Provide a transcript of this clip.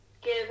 give